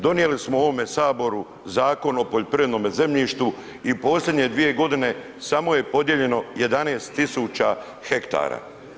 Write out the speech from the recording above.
Donijeli smo u ovome saboru Zakon o poljoprivrednome zemljištu i u posljednje 2.g. samo je podijeljeno 11 000 hektara.